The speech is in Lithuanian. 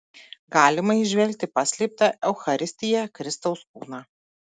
galima įžvelgti paslėptą eucharistiją kristaus kūną